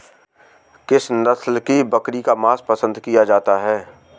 किस नस्ल की बकरी का मांस पसंद किया जाता है?